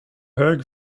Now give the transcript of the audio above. hög